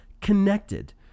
connected